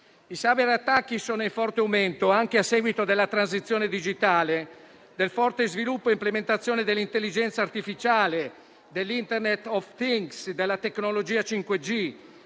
I cyberattacchi sono in forte aumento anche a seguito della transizione digitale, del forte sviluppo e implementazione dell'intelligenza artificiale, dell'Internet of things, della tecnologia 5G